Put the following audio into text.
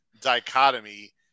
dichotomy